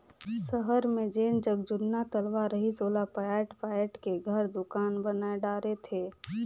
सहर मे जेन जग जुन्ना तलवा रहिस ओला पयाट पयाट क घर, दुकान बनाय डारे थे